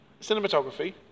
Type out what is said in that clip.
Cinematography